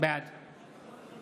בעד